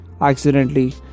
accidentally